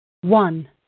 One